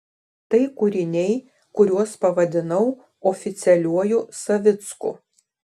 tai kūriniai kuriuos pavadinau oficialiuoju savicku